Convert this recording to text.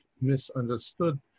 misunderstood